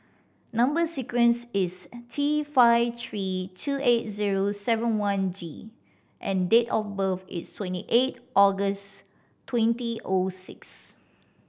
number sequence is T five three two eight zero seven one G and date of birth is twenty eight August twenty O six